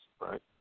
right